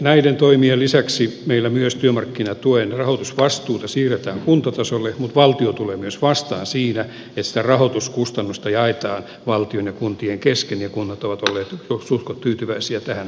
näiden toimien lisäksi meillä myös työmarkkinatuen rahoitusvastuuta siirretään kuntatasolle mutta valtio tulee myös vastaan siinä että sitä rahoituskustannusta jaetaan valtion ja kuntien kesken ja kunnat ovat olleet suhtkoht tyytyväisiä tähän periaatteeseen